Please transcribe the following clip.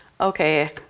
okay